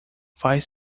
faz